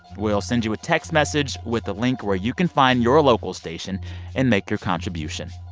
we'll send you a text message with a link where you can find your local station and make your contribution.